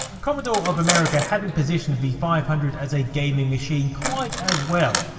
commodore of america hadn't positioned the five hundred as a gaming machine quite as well,